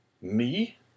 Me